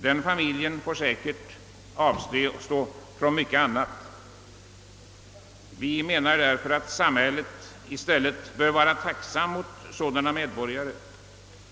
Den familjen får säkert avstå från mycket annat. Vi anser att samhället i stället bör vara tacksamt mot sådana medborgare.